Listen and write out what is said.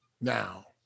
Now